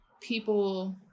people